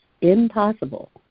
impossible